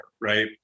right